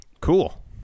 Cool